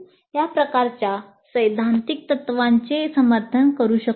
या प्रकारच्या सैद्धांतिक तत्त्वांचे समर्थन करू शकतो